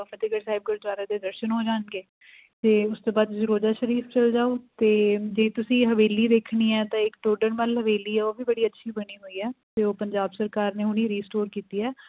ਫਤਹਿਗੜ੍ਹ ਸਾਹਿਬ ਗੁਰਦੁਆਰਾ ਦੇ ਦਰਸ਼ਨ ਹੋ ਜਾਣਗੇ ਅਤੇ ਉਸ ਤੋਂ ਬਾਅਦ ਤੁਸੀਂ ਰੋਜ਼ਾ ਸ਼ਰੀਫ ਚਲੇ ਜਾਓ ਅਤੇ ਜੇ ਤੁਸੀਂ ਹਵੇਲੀ ਦੇਖਣੀ ਹੈ ਤਾਂ ਇੱਕ ਟੋਡਰ ਮੱਲ ਹਵੇਲੀ ਆ ਉਹ ਵੀ ਬੜੀ ਅੱਛੀ ਬਣੀ ਹੋਈ ਹੈ ਅਤੇ ਉਹ ਪੰਜਾਬ ਸਰਕਾਰ ਨੇ ਹੁਣੇ ਰੀਸਟੋਰ ਕੀਤੀ ਹੈ